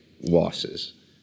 losses